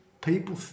People